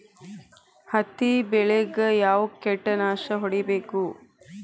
ಹತ್ತಿ ಬೆಳೇಗ್ ಯಾವ್ ಕೇಟನಾಶಕ ಹೋಡಿಬೇಕು?